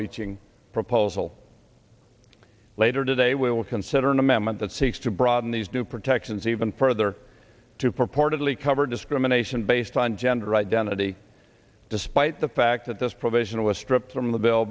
reaching proposal later today we will consider an amendment that seeks to broaden these new protections even further to purportedly cover discrimination based on gender identity despite the fact that this provision was stripped from the bill